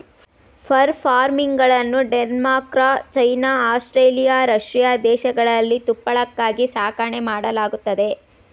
fur ಫಾರ್ಮಿಂಗನ್ನು Denmark, China, Australia, Russia ದೇಶಗಳಲ್ಲಿ ತುಪ್ಪಳಕ್ಕಾಗಿ ಸಾಕಣೆ ಮಾಡಲಾಗತ್ತದೆ